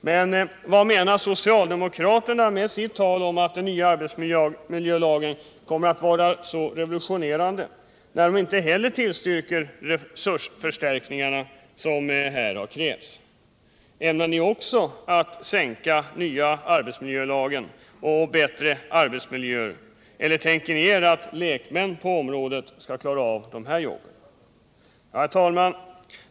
Men vad menar socialdemokraterna med sitt tal om att den nya arbetsmiljölagen kommer att vara så revolutionerande, när de inte heller tillstyrker de resursförstärkningar som här har krävts? Ämnar ni socialdemokrater också sänka den nya arbetsmiljölagen och förhindra bättre arbetsmiljöer, eller tänker ni er att lekmän på området skall klara av jobbet? Herr talman!